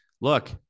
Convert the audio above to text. look